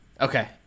Okay